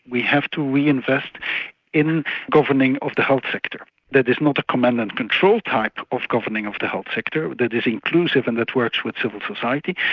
we have to reinvest in governing of the health sector, that is not a command and control type of governing of the health sector that is inclusive and it works with civil society,